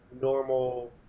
normal